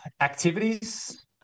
activities